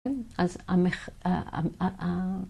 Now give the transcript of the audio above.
אז המח..., אה, אה, אה, אה.